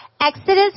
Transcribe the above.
Exodus